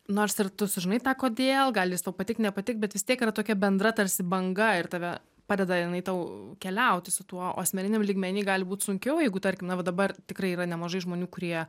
nors ir tu sužinai tą kodėl gali jis tau patikt nepatikt bet vis tiek yra tokia bendra tarsi banga ir tave padeda jinai tau keliauti su tuo o asmeniniam lygmeny gali būt sunkiau jeigu tarkim dabar tikrai yra nemažai žmonių kurie